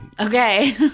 Okay